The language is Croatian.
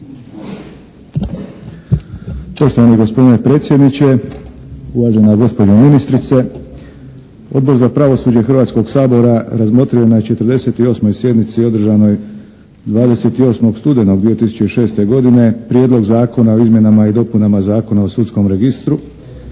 Poštovani gospodine predsjedniče, uvažena gospođo ministrice. Odbor za pravosuđe Hrvatskog sabora razmotrio je na 48. sjednici održanoj 28. studenog 2006. godine Prijedlog zakona o izmjenama i dopunama Zakona o sudskom registru